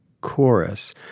Chorus